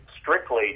strictly